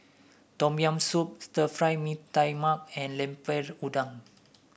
Tom Yam Soup Stir Fry Mee Tai Mak and Lemper Udang